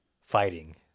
fighting